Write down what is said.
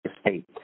State